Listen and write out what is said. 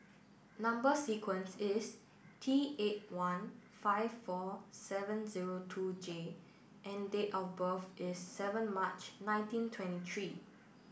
number sequence is T eight one five four seven zero two J and date of birth is seven March nineteen twenty three